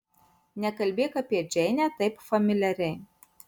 nekalbėk apie džeinę taip familiariai